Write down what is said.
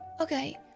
okay